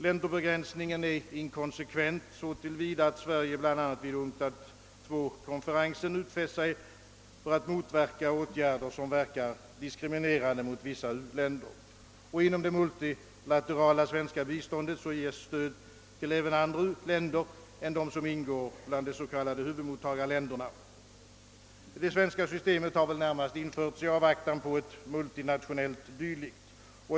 Länderbegränsningen är inkonsekvent så till vida att Sverige bl.a. vid UNCTAD II konferensen utfäst sig att motarbeta åtgärder som verkar diskriminerande mot vissa u-länder. Inom det multilaterala svenska biståndet ges stöd till även andra u-länder än de som ingår bland de s.k. huvudmottagarländerna. Det svenska systemet har väl närmast införts i avvaktan på ett multinationellt system.